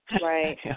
Right